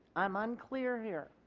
i am unclear here.